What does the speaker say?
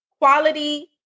Quality